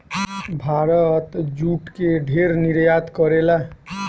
Bharat jute के ढेर निर्यात करेला